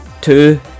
two